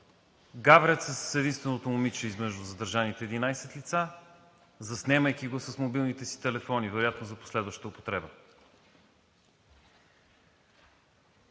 гаврят се с единственото момиче измежду задържаните 11 лица, заснемайки го с мобилните си телефони – вероятно за последваща употреба.